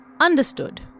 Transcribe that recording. Understood